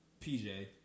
PJ